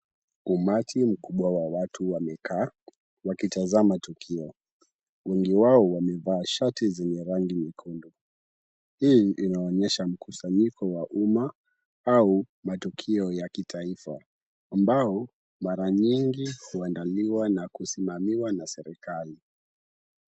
Umati mkubwa wa watu wamekaa wakitazama tukio. Wengi wao wamevaa shati zenye rangi nyekundu. Hii inaonyesha mkusanyiko wa umma au matukio ya kitaifa, ambao mara nyingi huandaliwa na kusimamiwa na serikali.